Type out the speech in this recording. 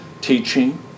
teaching